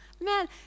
Man